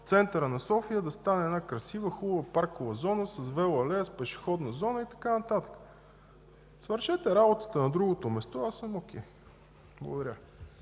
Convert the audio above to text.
центъра на София това да стане красива паркова зона с велоалея, с пешеходна зона и така нататък. Свършете работата на другото място, аз съм о`кей. Благодаря.